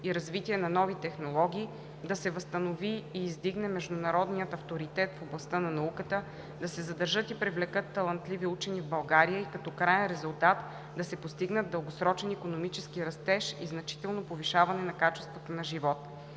и развитие на нови технологии, да се възстанови и издигне международният авторитет в областта на науката, да се задържат и привлекат талантливи учени в България и като краен резултат – да се постигнат дългосрочен икономически растеж и значително повишаване на качеството на живот.